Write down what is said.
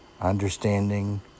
understanding